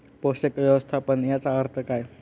पोषक व्यवस्थापन याचा अर्थ काय?